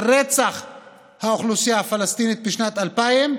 על רצח האוכלוסייה הפלסטינית בשנת 2000,